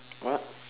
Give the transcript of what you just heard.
what